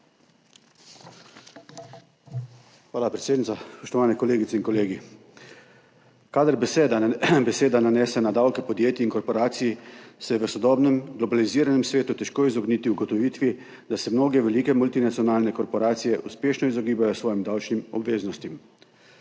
Hvala, predsednica. Spoštovane kolegice in kolegi! Kadar beseda nanese na davke podjetij in korporacij, se je v sodobnem globaliziranem svetu težko izogniti ugotovitvi, da se mnoge velike multinacionalne korporacije uspešno izogibajo svojim davčnim obveznostim.